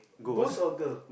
ghost order